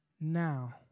now